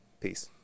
Peace